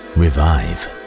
revive